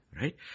right